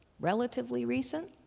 relatively recent?